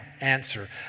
Answer